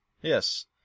Yes